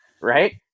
right